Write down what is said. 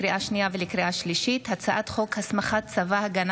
לקריאה שנייה ולקריאה שלישית: הצעת חוק הסמכת צבא הגנה